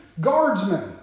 guardsmen